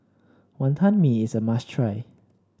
Wonton Mee is a must try